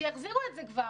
שיחזירו את זה כבר.